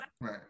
Right